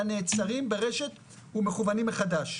אלא נעצרים ברשת ומכוונים מחדש.